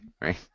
right